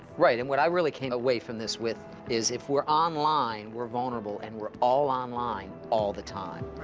right. and what i really came away from this with is, if we're online, we're vulnerable. and we're all online all the time.